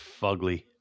fugly